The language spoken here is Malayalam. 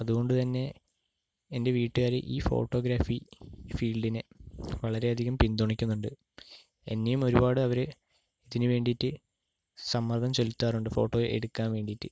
അതുകൊണ്ടുതന്നെ എൻ്റെ വീട്ടുകാര് ഈ ഫോട്ടോഗ്രാഫി ഫീല്ഡിനെ വളരെയധികം പിന്തുണയ്ക്കുന്നുണ്ട് എന്നെയും ഒരുപാടവര് ഇതിന് വേണ്ടിട്ട് സമ്മര്ദ്ദം ചെലുത്താറുണ്ട് ഫോട്ടോ എടുക്കാന് വേണ്ടിയിട്ട്